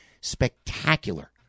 spectacular